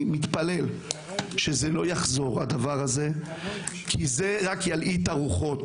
אני מתפלל שזה לא יחזור כי זה רק ילהיט את הרוחות